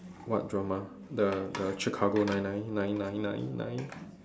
what drama the the Chicago nine nine nine nine nine nine